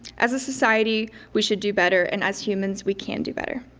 as a society we should do better and as humans we can do better.